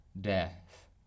death